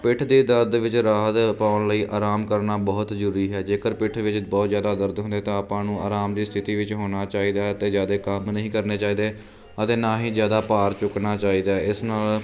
ਪਿੱਠ ਦੇ ਦਰਦ ਵਿੱਚ ਰਾਹਤ ਪਾਉਣ ਲਈ ਆਰਾਮ ਕਰਨਾ ਬਹੁਤ ਜ਼ਰੂਰੀ ਹੈ ਜੇਕਰ ਪਿੱਠ ਵਿੱਚ ਬਹੁਤ ਜ਼ਿਆਦਾ ਦਰਦ ਹੁੰਦਾ ਤਾਂ ਆਪਾਂ ਨੂੰ ਆਰਾਮ ਦੀ ਸਥਿਤੀ ਵਿੱਚ ਹੋਣਾ ਚਾਹੀਦਾ ਹੈ ਅਤੇ ਜ਼ਿਆਦਾ ਕੰਮ ਨਹੀਂ ਕਰਨੇ ਚਾਹੀਦੇ ਅਤੇ ਨਾ ਹੀ ਜ਼ਿਆਦਾ ਭਾਰ ਚੁੱਕਣਾ ਚਾਹੀਦਾ ਇਸ ਨਾਲ